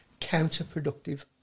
counterproductive